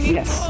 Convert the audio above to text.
Yes